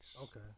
Okay